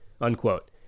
unquote